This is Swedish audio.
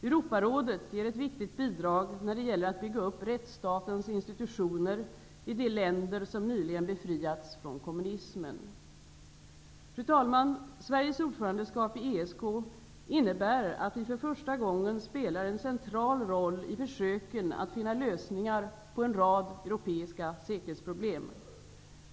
Europarådet ger ett viktigt bidrag när det gäller att bygga upp rättsstatens institutioner i de länder som nyligen befriats från kommunismen. Fru talman! Sveriges ordförandeskap i ESK innebär att vi för första gången spelar en central roll i försöken att finna lösningar på en rad europeiska säkerhetsproblem.